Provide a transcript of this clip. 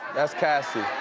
that's cassie.